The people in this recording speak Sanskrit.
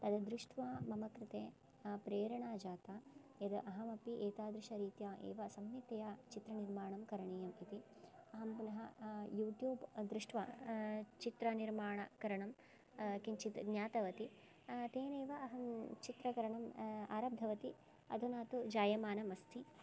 तद्दृष्ट्वा मम कृते प्रेरणा जाता यदहमपि एतादृशरीत्या एव सम्यक्तया चित्रनिर्माणं करणीयम् इति अहं पुनः यूट्यूब् दृष्ट्वा चित्रनिर्माणकरणं किञ्चित् ज्ञातवती तेनैव अहं चित्रकरणम् आरब्धवती अधुना तु जायमानम् अस्ति